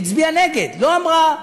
היא הצביעה נגד, לא אמרה: